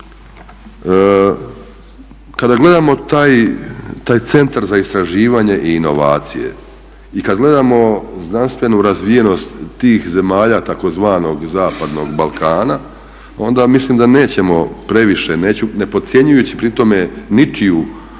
kada gledamo taj Centar za istraživanje i inovacije i kad gledamo znanstvenu razvijenost tih zemalja tzv. zapadnog Balkana onda mislim da nećemo previše, ne podcjenjujući pri tome ničiju